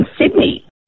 Sydney